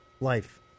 life